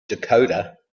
dakota